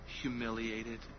humiliated